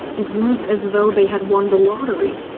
it was as though they had won the lottery.